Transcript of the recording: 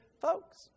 folks